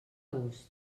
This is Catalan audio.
gust